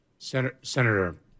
Senator